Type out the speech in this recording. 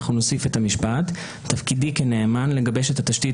נוסיף את המשפט: "תפקידי כנאמן לגבש את התשתית